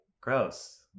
gross